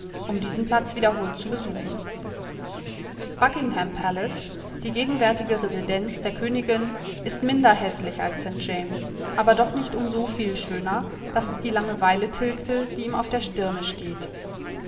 um diesen platz wiederholt zu besuchen buckingham palace die gegenwärtige residenz der königin ist minder häßlich als st james aber doch nicht um so viel schöner daß es die langeweile tilgte die ihm auf der stirne steht